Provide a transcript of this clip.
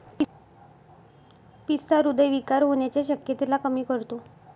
पिस्ता हृदय विकार होण्याच्या शक्यतेला कमी करतो